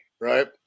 right